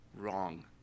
wrong